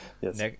yes